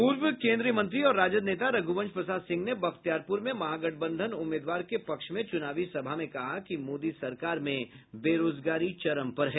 पूर्व केन्द्रीय मंत्री और राजद नेता रघुवंश प्रसाद सिंह ने बख्तियारपुर में महागठबंधन उम्मीदवार के पक्ष में चुनावी सभा में कहा कि मोदी सरकार में बेरोजगारी चरम पर है